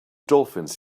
dolphins